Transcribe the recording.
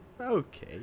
Okay